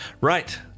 Right